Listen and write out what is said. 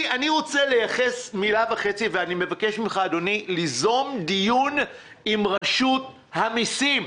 אני מבקש ממך, אדוני, ליזום דיון עם רשות המסים.